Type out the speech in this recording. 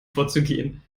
vorzugehen